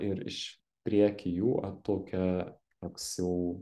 ir iš prieky jų atplaukia toks jau